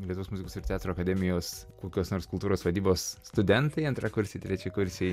lietuvos muzikos ir teatro akademijos kokios nors kultūros vadybos studentai antrakursiai trečiakursiai